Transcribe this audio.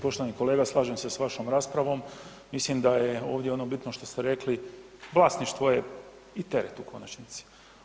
Poštovani kolega slažem se s vašom raspravom, mislim da je ovdje ono bitno što ste rekli, vlasništvo je i teret u konačnici.